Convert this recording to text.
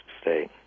state